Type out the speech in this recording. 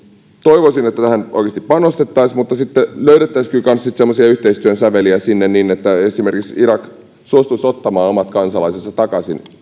toivoisin että tähän oikeasti panostettaisiin mutta löydettäisiin kyllä kanssa sitten semmoisia yhteistyön säveliä sinne niin että esimerkiksi irak suostuisi ottamaan omat kansalaisensa takaisin